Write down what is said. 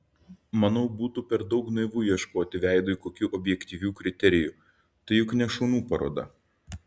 manau būtų per daug naivu ieškoti veidui kokių objektyvių kriterijų tai juk ne šunų paroda